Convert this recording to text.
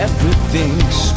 Everything's